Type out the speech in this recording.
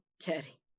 Teddy